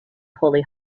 holy